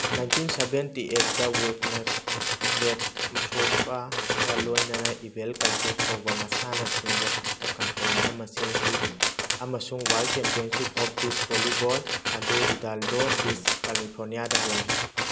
nineteen seventy ꯑꯩꯠꯇ ꯋꯤꯜꯀꯅꯠ ꯀ꯭ꯔꯦꯗ ꯃꯁ꯭ꯔꯣꯞꯀꯥꯒ ꯂꯣꯏꯅꯅ ꯏꯕꯦꯜ ꯀꯟꯁꯦꯞ ꯀꯧꯕ ꯃꯁꯥꯟꯅꯁꯤꯡ ꯌꯣꯈꯠꯄ ꯀꯝꯄꯅꯤ ꯑꯃ ꯁꯦꯝꯈꯤ ꯑꯃꯁꯨꯡ world championship of beach volleyball ꯑꯗꯨ ꯔꯤꯗꯥꯜꯗꯣ ꯕꯤꯁ ꯀꯂꯤꯐꯣꯔꯅꯤꯌꯥꯗ ꯍꯣꯡꯈꯤ